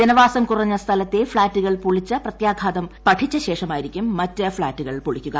ജനവാസം കുറഞ്ഞ സ്ഥലത്തെ ഫ്ളാറ്റുകൾ പൊളിച്ച് പ്രത്യാഘാതം പഠിച്ച ശേഷമായിരിക്കും മറ്റ് ഫ്ളാറ്റുകൾ പൊളിക്കുക